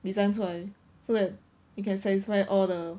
designs 出来 so that you can satisfy all the